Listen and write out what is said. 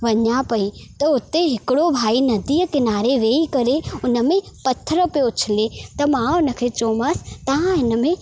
वञां पई त उते हिकिड़ो भाई नदीअ किनारे वेही करे उन में पथर पियो उछले त मां उन खे चयोमांसि तव्हां हिन में